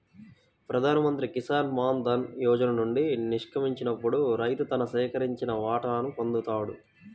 ప్రధాన్ మంత్రి కిసాన్ మాన్ ధన్ యోజన నుండి నిష్క్రమించినప్పుడు రైతు తన సేకరించిన వాటాను పొందుతాడు